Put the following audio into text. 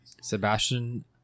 Sebastian